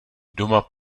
doma